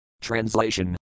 Translation